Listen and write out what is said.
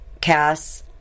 Cass